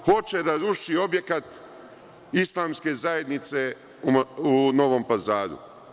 Hoće da ruši objekat Islamske zajednice u Novom Pazaru.